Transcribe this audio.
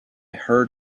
heard